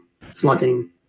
flooding